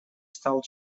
стал